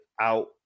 out